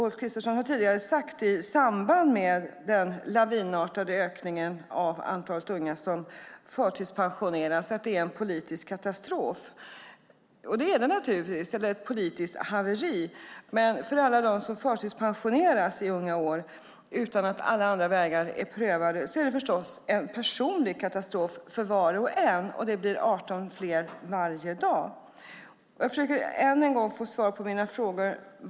Ulf Kristersson har tidigare sagt, i samband med den lavinartade ökningen av antalet unga som förtidspensioneras, att det är en politisk katastrof eller ett politiskt haveri. Det är det naturligtvis. Men för alla dem som förtidspensioneras i unga år, utan att alla andra vägar är prövade, är det förstås en personlig katastrof för var och en, och det blir 18 fler varje dag. Jag vill än en gång försöka få svar på mina frågor.